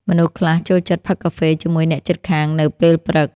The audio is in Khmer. មនុស្សខ្លះចូលចិត្តផឹកកាហ្វេជាមួយអ្នកជិតខាងនៅពេលព្រឹក។